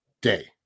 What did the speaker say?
day